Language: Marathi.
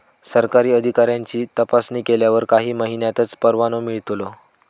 सरकारी अधिकाऱ्यांची तपासणी केल्यावर काही महिन्यांतच परवानो मिळतलो